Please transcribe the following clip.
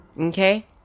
Okay